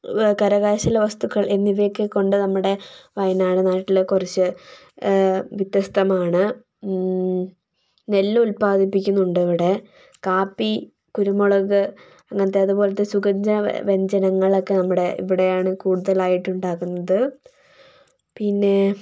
കരകൗശല വസ്തുക്കൾ എന്നിവയൊക്കെക്കൊണ്ട് നമ്മുടെ വയനാട് നാട്ടിലെ കുറച്ച് വ്യത്യസ്തമാണ് നെല്ല് ഉല്പാദിപ്പിക്കുന്നുണ്ടിവിടെ കാപ്പി കുരുമുളക് അങ്ങനത്തേതുപോലത്തെ സുഗന്ധ വ്യഞ്ജനങ്ങളൊക്കെ നമ്മുടെ ഇവിടെയാണ് കൂടുതലായിട്ട് ഉണ്ടാക്കുന്നത് പിന്നെ